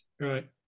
Right